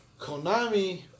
Konami